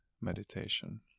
meditation